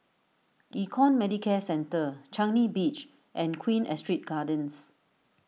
Econ Medicare Centre Changi Beach and Queen Astrid Gardens